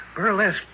burlesque